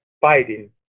fighting